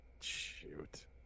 shoot